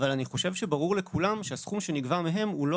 אבל אני חושב שברור לכולם שהסכום שנגבה מהם הוא לא